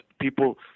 people